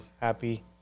happy